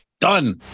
done